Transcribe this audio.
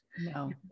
No